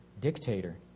dictator